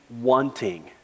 wanting